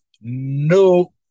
no